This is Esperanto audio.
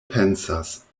pensas